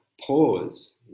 pause